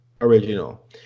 original